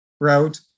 route